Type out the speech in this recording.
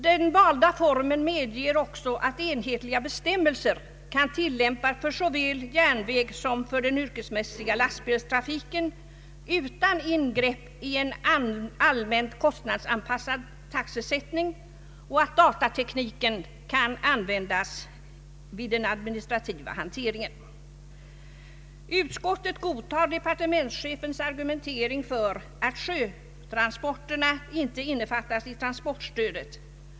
Den valda formen medger också att enhetliga bestämmelser kan tillämpas såväl för järnvägen som för den yrkesmässiga lastbilstrafiken, utan ingrepp i en allmän kostnadsanpasad taxesättning, och ait datatekniken kan användas vid den administrativa hanteringen. Utskottet godtar departementschefens argumentering för att sjötransporterna inte innefattas i transportstödet.